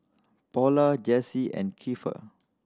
Paula Jessee and Keifer